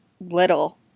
little